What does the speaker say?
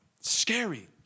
Scary